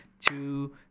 two